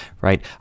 right